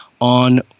on